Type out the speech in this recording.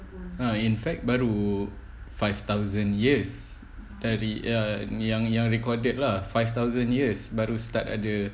ah in fact baru five thousand years dari ya yang yang recorded lah five thousand years baru start ada